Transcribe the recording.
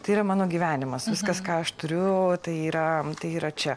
tai yra mano gyvenimas viskas ką aš turiu tai yra tai yra čia